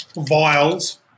Vials